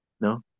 No